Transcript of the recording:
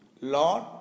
Lord